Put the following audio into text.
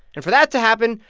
and for that to happen,